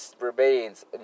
remains